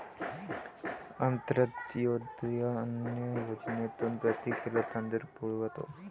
अंत्योदय अन्न योजनेतून प्रति किलो तांदूळ पुरवतो